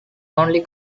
only